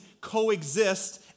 coexist